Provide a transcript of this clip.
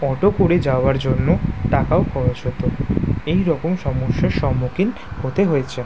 auto করে যাওয়ার জন্য টাকাও খরচ হতো এই রকম সমস্যার সম্মুখীন হতে হয়েছে